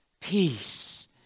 peace